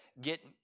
get